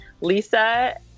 Lisa